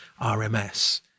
RMS